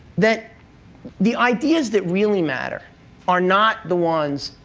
that the ideas that really matter are not the ones,